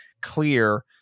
clear